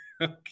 Okay